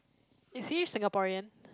is he Singaporean